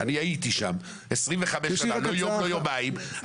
אני הייתי שם 25 שנה, לא יום או יומיים.